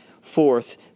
Fourth